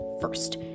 first